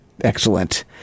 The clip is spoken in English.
Excellent